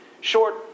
Short